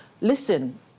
listen